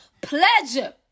pleasure